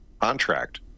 contract